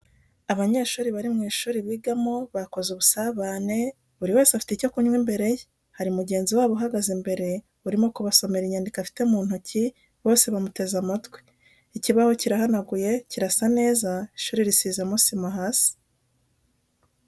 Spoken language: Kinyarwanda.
Abanyeshuri bari mu ishuri bigamo bakoze ubusabane, buri wese afite icyo kunywa imbere ye, hari mugenzi wabo uhagaze imbere urimo kubasomera inyandiko afite mu ntoki bose bamuteze matwi. Ikibaho kirahanaguye, kirasa neza, ishuri risizemo sima hasi.